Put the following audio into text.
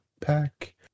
pack